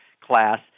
class